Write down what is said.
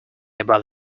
about